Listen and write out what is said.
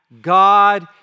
God